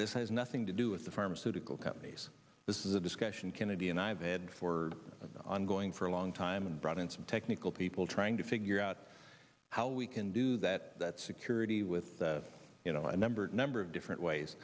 has nothing to do with the pharmaceutical companies this is a discussion kennedy and i have had for ongoing for a long time and brought in some technical people trying to figure out how we can do that that security with the you know a number number of different ways